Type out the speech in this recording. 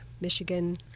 Michigan